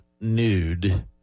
nude